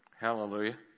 Hallelujah